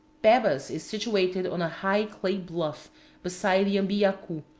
pebas is situated on a high clay bluff beside the ambiyacu,